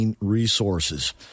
resources